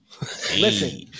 Listen